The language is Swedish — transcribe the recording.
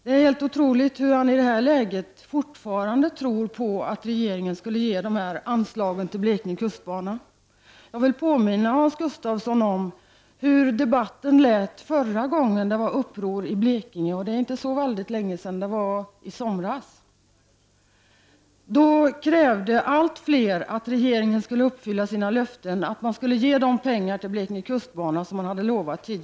Det är helt otroligt att han i detta läge fortfarande tror på att regeringen skulle ge dessa anslag till Blekinge kustbana. Jag vill påminna Hans Gustafsson om hur debatten utvecklades förra gången det var uppror i Blekinge — det var i somras. Då krävde allt fler att regeringen skulle uppfylla sina löften och ge pengarna till Blekinge kustbana.